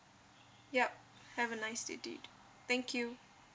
yup have a nice day to you too thank you